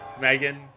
Megan